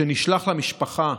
שנשלח למשפחה,